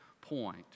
point